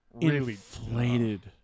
Inflated